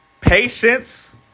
patience